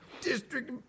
district